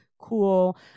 Cool